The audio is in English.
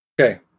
okay